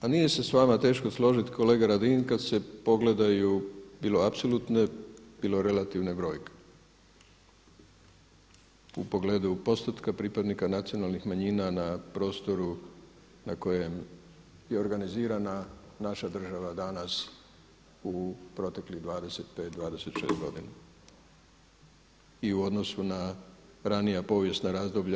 A nije se s vama teško složiti kolega Radin kada se pogledaju bilo apsolutne, bilo relativne brojke u pogledu postotka pripadnika nacionalnih manjina na prostoru na kojem je organizirana naša država danas u proteklih 25, 26 godina i u odnosu na ranija povijesna razloga.